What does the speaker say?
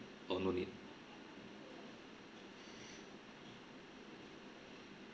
or no need